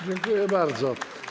Dziękuję bardzo.